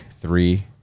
three